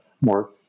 more